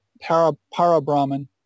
para-Brahman